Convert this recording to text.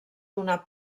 donar